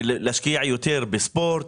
להשקיע יותר בספורט,